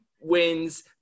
wins